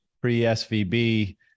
pre-SVB